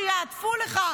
שיעטפו לך,